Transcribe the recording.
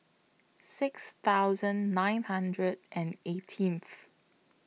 six thousand nine hundred and eighteenth